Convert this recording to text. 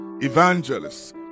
evangelists